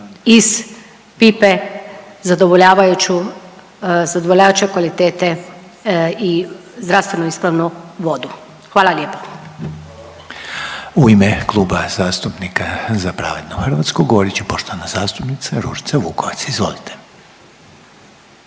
iz pipe zadovoljavajuće kvalitete i zdravstveno ispravnu vodu. Hvala lijepo. **Reiner, Željko (HDZ)** U ime Kluba zastupnika Za pravednu Hrvatsku govorit će poštovana zastupnica Ružica Vukovac. Izvolite.